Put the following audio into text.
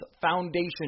Foundation